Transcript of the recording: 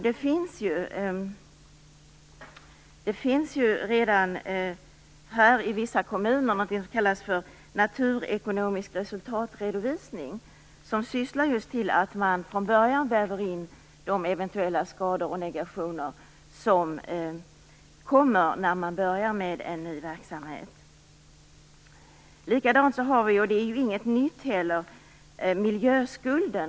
Det finns ju redan i vissa kommuner något som kallas naturekonomisk resultatredovisning som syftar just till att man från början väger in de eventuella skador som kommer när man börjar med en ny verksamhet. Vi har också en miljöskuld i Sverige, vilket inte är något nytt.